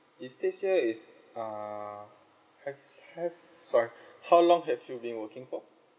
if this year is uh h~ have sorry how long have you been working for